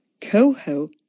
Coho